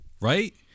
right